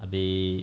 abeh